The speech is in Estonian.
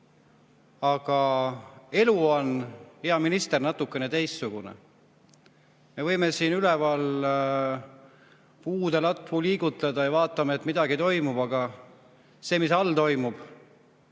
Aga elu on, hea minister, natukene teistsugune. Me võime siin üleval puude latvu liigutada ja vaadata, et midagi toimub, aga see, mis toimub